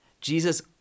Jesus